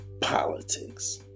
politics